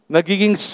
Nagiging